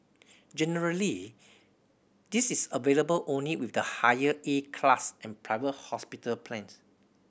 generally this is available only with the higher A class and private hospital plans